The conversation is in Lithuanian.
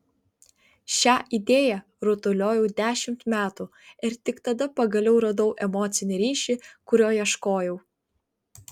šią idėją rutuliojau dešimt metų ir tik tada pagaliau radau emocinį ryšį kurio ieškojau